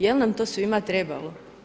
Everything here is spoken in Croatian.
Jel' nam to svima trebalo?